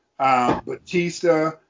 Batista